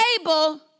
able